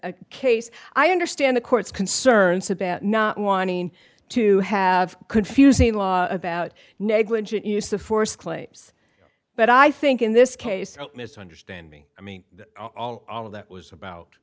a case i understand the court's concerns about not wanting to have confusing law about negligent use of force claims but i think in this case don't misunderstand me i mean all of that was about